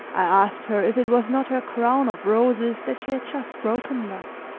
i asked her if it was not her crown of roses that she had just broken thus.